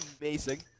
amazing